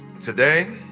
today